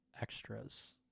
extras